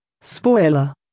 Spoiler